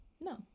no